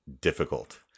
difficult